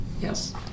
Yes